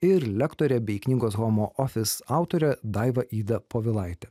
ir lektorė bei knygos homo ofis autorė daiva ida povilaitė